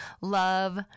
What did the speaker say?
Love